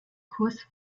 kurs